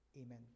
Amen